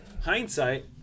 Hindsight